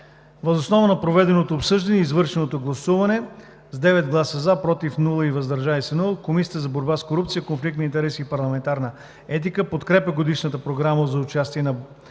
Въз основа на проведеното обсъждане и извършеното гласуване с 9 гласа „за“, без „против“ и „въздържал се“ Комисията за борба с корупцията, конфликт на интереси и парламентарна етика подкрепя Годишната програма за участие на